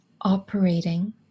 operating